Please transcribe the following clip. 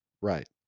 right